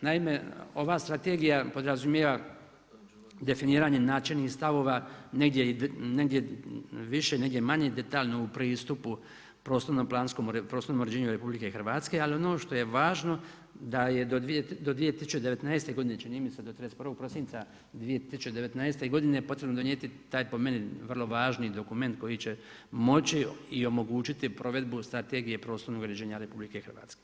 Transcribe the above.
Naime, ova strategija podrazumijeva definiranje načelnih stavova negdje više, negdje manje detaljno u pristupu prostornom uređenju RH, ali ono što je važno da je do 2019. godine čini mi se do 31. prosinca 2019. godine potrebno donijeti taj po meni vrlo važni dokument koji će moći i omogućiti provedbu Strategije prostornog uređenja RH.